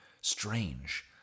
Strange